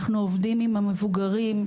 אנחנו עובדים עם המבוגרים,